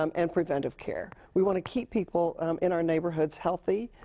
um and preventive care. we want to keep people in our neighborhoods healthy,